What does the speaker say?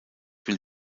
will